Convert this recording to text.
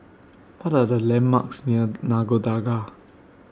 What Are The landmarks near Nagore Dargah